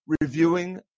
reviewing